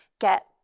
get